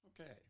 Okay